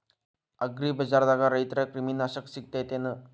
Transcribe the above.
ಅಗ್ರಿಬಜಾರ್ದಾಗ ರೈತರ ಕ್ರಿಮಿ ನಾಶಕ ಸಿಗತೇತಿ ಏನ್?